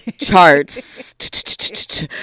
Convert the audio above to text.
charts